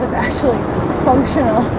actually functional